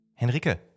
Henrike